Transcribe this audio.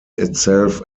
itself